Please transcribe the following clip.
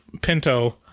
pinto